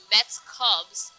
Mets-Cubs